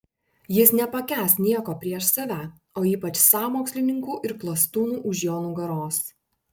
jis nepakęs nieko prieš save o ypač sąmokslininkų ir klastūnų už jo nugaros